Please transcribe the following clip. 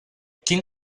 quin